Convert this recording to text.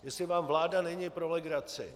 Jestli vám vláda není pro legraci.